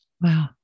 Wow